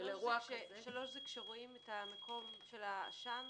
3 זה כשרואים את מקום העשן?